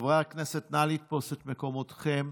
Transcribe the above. חברי הכנסת, נא לתפוס את מקומותיכם.